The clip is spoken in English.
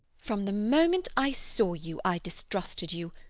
from the moment i saw you i distrusted you.